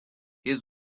his